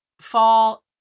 fall